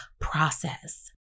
process